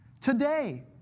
Today